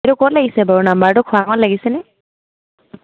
এইটো ক'ত লাগিছে বাৰু নাম্বাৰটো খোৱাঙত লাগিছেনে